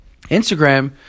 Instagram